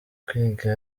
kwiga